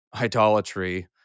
idolatry